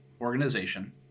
organization